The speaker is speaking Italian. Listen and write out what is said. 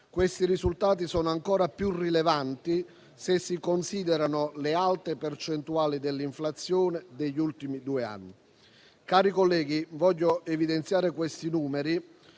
Questi risultati sono ancora più rilevanti se si considerano le alte percentuali dell'inflazione degli ultimi due anni. Cari colleghi, voglio evidenziare questi numeri